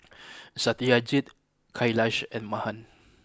Satyajit Kailash and Mahan